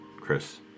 Chris